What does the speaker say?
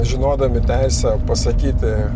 žinodami teisę pasakyti